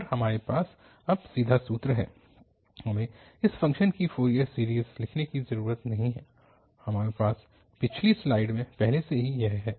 और हमारे पास अब सीधा सूत्र है हमें इस फ़ंक्शन की फ़ोरियर सीरीज़ लिखने की ज़रूरत नहीं है हमारे पास पिछली स्लाइड में पहले से ही यह है